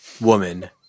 woman –